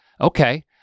okay